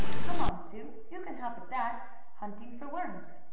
come on, sue, you can help at that hunting for worms.